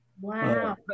wow